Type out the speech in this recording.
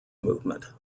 movement